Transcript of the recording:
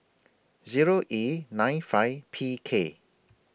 Zero E nine five P K